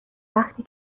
وقتی